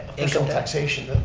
income taxation,